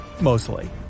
Mostly